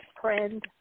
friend